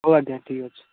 ହଉ ଆଜ୍ଞା ଠିକ୍ ଅଛି